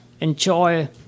enjoy